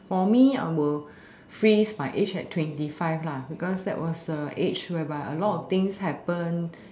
for me I will freeze my age at twenty five lah because that was the age where by a lot of things happened